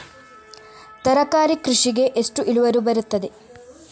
ತರಕಾರಿ ಕೃಷಿಗೆ ಎಷ್ಟು ಇಳುವರಿ ಬರುತ್ತದೆ?